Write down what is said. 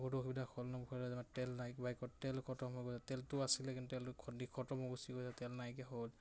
বহুত অসুবিধা আছিলে কিন্তু তেলটো খটম হৈ